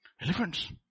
Elephants